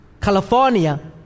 California